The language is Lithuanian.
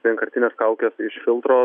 vienkartines kaukes iš filtro